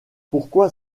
pourquoi